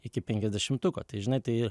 iki penkiasdešimtuko tai žinai tai